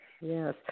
Yes